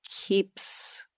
keeps